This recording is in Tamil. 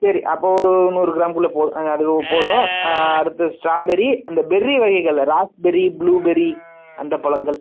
சரி அப்போ ஒரு நூறு கிராம்க்குள்ளே போ அது போதும் அடுத்து ஸ்டாபெர்ரி அந்த பெர்ரி வகைகளில் ராஸ்பெர்ரி ப்ளூபெர்ரி அந்த பழங்கள்